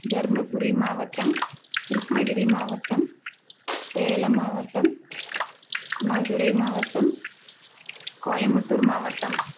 தருமபுரி மாவட்டம் கிருஷ்ணகிரி மாவட்டம் சேலம் மாவட்டம் மதுரை மாவட்டம் கோயம்புத்தூர் மாவட்டம்